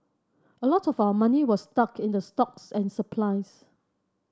a lot of our money was stuck in the stocks and supplies